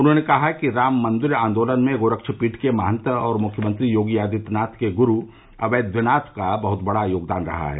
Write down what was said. उन्होंने कहा कि राम मंदिर आन्दोलन में गोरक्ष पीठ के महत और मुख्यमंत्रो योगी आदित्यनाथ के गुरू अवेद्यनाथ बहुत बड़ा योगदान रहा है